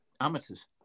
amateurs